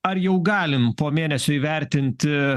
ar jau galime po mėnesio įvertinti